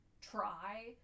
try